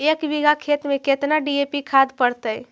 एक बिघा खेत में केतना डी.ए.पी खाद पड़तै?